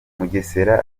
mugesera